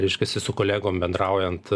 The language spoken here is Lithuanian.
reiškiasi su kolegom bendraujant